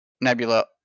nebula